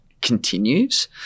continues